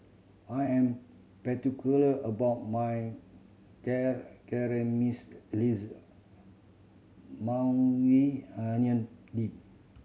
I am particular about my Maui Onion Dip